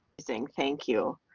saying, thank you.